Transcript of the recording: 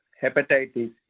hepatitis